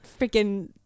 freaking